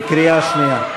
בקריאה שנייה.